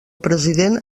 president